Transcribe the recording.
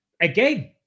again